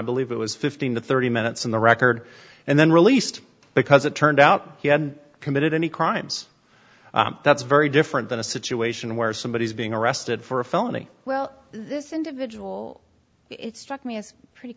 believe it was fifteen to thirty minutes in the record and then released because it turned out he hadn't committed any crimes that's very different than a situation where somebody is being arrested for a felony well this individual it struck me as pretty